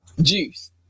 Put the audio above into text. Juice